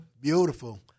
Beautiful